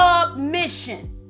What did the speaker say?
submission